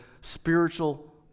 spiritual